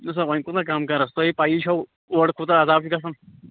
وُچھ سا وۅنۍ کوتاہ کم کَرس تۅہہِ ہے پیی چھَو اورٕ کوتاہ عذاب چھُ گژھان